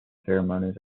ceremonies